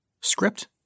script